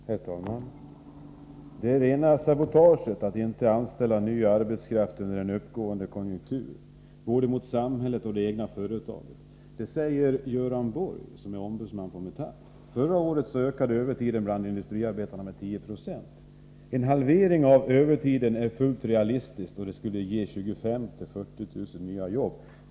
Herr talman! Det är rena sabotaget att inte anställa ny arbetskraft under en uppgående konjunktur, både mot samhället och mot det egna företaget. Detta uttalande har gjorts av Göran Borg, som är ombudsman på Metall. Förra året ökade övertiden bland industriarbetarna med 10 26. Enligt Göran Borg är en halvering av övertiden fullt realistisk. Det skulle innebära 25 000-40 000 nya jobb.